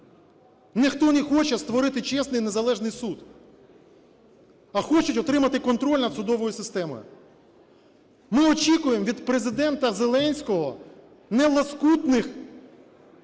ніхто не хоче створити чесний і незалежний суд, а хочуть отримати контроль над судовою системою. Ми очікуємо від Президента Зеленського нелоскутних